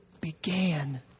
Began